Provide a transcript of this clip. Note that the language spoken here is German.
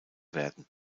werden